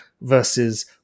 versus